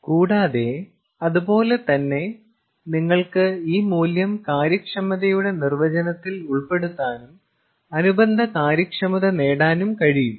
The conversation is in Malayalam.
കൂടാതെ അതുപോലെ തന്നെ നിങ്ങൾക്ക് ഈ മൂല്യം കാര്യക്ഷമതയുടെ നിർവചനത്തിൽ ഉൾപ്പെടുത്താനും അനുബന്ധ കാര്യക്ഷമത നേടാനും കഴിയും